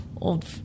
old